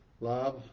love